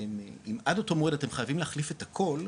אם עד אותו מועד אתם חייבים להחליף את הכל,